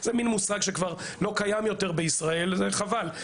זה מושג שלא קיים יותר בישראל וזה חבל,